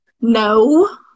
No